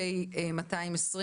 פ/220/24,